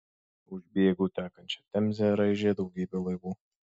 už bėgių tekančią temzę raižė daugybė laivų